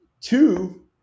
Two